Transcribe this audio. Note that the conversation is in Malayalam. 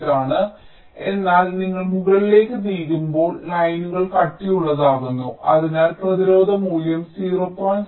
08 ആണ് എന്നാൽ നിങ്ങൾ മുകളിലേക്ക് നീങ്ങുമ്പോൾ ലൈനുകൾ കട്ടിയുള്ളതാകുന്നു അതിനാൽ പ്രതിരോധ മൂല്യം 0